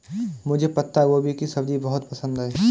मुझे पत्ता गोभी की सब्जी बहुत पसंद है